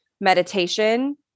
meditation